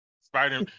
Spider